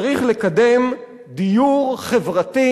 צריך לקדם דיור חברתי,